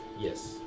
Yes